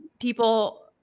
People